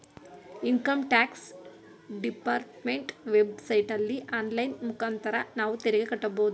income tax department ವೆಬ್ ಸೈಟಲ್ಲಿ online ಮುಖಾಂತರ ನಾವು ತೆರಿಗೆ ಕಟ್ಟಬೋದು